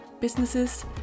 businesses